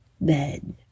bed